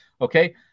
okay